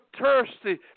thirsty